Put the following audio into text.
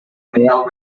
male